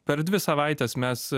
per dvi savaites mes